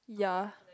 ya